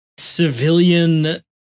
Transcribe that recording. civilian